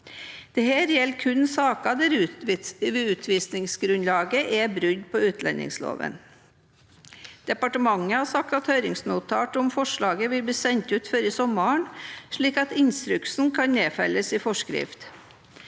Dette gjelder kun saker der utvisningsgrunnlaget er brudd på utlendingsloven. Departementet har sagt at høringsnotat om forslaget vil bli sendt ut før sommeren, slik at instruksen kan nedfelles i forskrift.